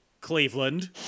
Cleveland